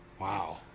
Wow